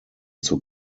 zur